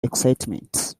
excitement